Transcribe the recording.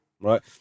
right